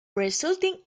resulting